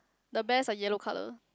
the bears are yellow colour